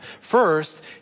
First